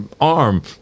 arm